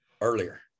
earlier